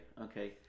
okay